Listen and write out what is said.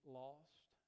lost